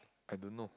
I don't know